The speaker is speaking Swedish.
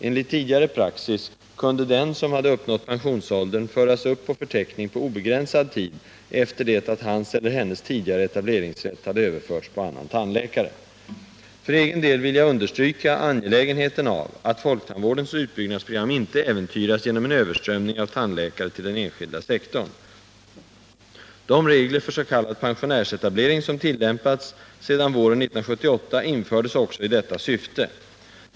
Enligt tidigare praxis kunde den som uppnått pensionsåldern föras upp på förteckning på obegränsad tid efter det att hans eller hennes tidigare etableringsrätt överförts på annan tandläkare. För egen del vill jag understryka angelägenheten av att folktandvårdens utbyggnadsprogram inte äventyras genom en överströmning av tandläkare till den enskilda sektorn. De regler för s.k. pensionärsetablering som tillämpats sedan våren 1978 infördes också i detta syfte.